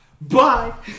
Bye